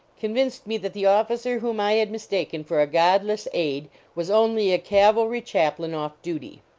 convinced me that the officer whom i had mistaken for a godless aide was only a cavalry chaplain off duty.